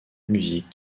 musique